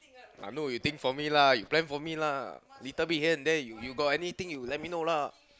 I know you think for me lah you plan for me lah little bit here and there you got anything you let me know lah